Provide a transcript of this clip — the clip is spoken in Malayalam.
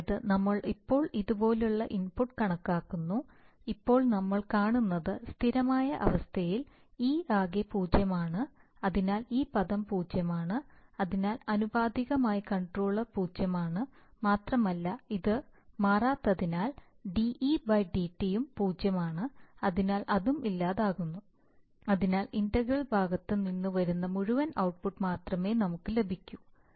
അതായത് നമ്മൾ ഇപ്പോൾ ഇതുപോലുള്ള ഇൻപുട്ട് കണക്കാക്കുന്നു ഇപ്പോൾ നമ്മൾ കാണുന്നത് സ്ഥിരമായ അവസ്ഥയിൽ e ആകെ പൂജ്യമാണ് അതിനാൽ ഈ പദം പൂജ്യമാണ് അതിനാൽ ആനുപാതികമായ കൺട്രോളർ പൂജ്യമാണ് മാത്രമല്ല ഇത് മാറാത്തതിനാൽ de dt ഉം പൂജ്യമാണ് അതിനാൽ അതും ഇല്ലാതാകുന്നു അതിനാൽ ഇന്റഗ്രൽ ഭാഗത്തു നിന്ന് വരുന്ന മുഴുവൻ ഔട്ട്പുട്ട് മാത്രമേ നമുക്ക് ലഭിക്കൂ